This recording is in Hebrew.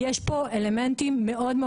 יש פה אלמנטים קריטיים מאוד.